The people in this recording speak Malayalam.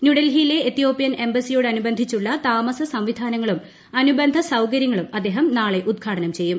ന്യൂഡൽഹിയിലെ എത്യോപ്യൻ എംബസ്സിയോടനുബന്ധിച്ചുള്ള താമസ സംവിധാന ങ്ങളും അനുബന്ധ സൌകര്യങ്ങളും അദ്ദേഹം നാളെ ഉദ്ഘാടനം ചെയ്യും